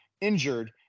injured